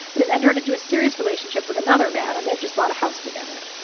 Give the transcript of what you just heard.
but has entered into a serious relationship with another man. and they've just bought a house together.